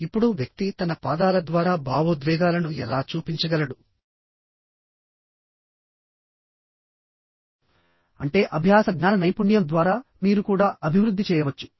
ఇప్పుడు వ్యక్తి తన పాదాల ద్వారా భావోద్వేగాలను ఎలా చూపించగలడు అంటే అభ్యాస జ్ఞాన నైపుణ్యం ద్వారా మీరు కూడా అభివృద్ధి చేయవచ్చు